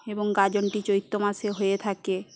এবং গাজনটি চৈত্র মাসে হয়ে থাকে